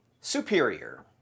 superior